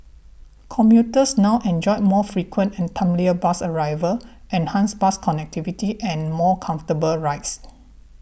commuters now enjoy more frequent and timelier bus arrivals enhanced bus connectivity and more comfortable rides